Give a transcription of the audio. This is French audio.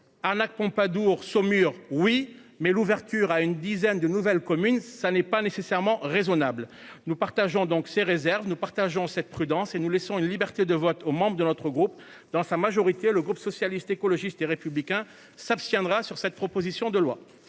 à Pompadour, Saumur, oui mais l'ouverture à une dizaine de nouvelles communes, ça n'est pas nécessairement raisonnable nous partageons donc ses réserves, nous partageons cette prudence et nous laissons une liberté de vote aux membres de notre groupe dans sa majorité, le groupe socialiste, écologiste et républicain s'abstiendra sur cette proposition de loi.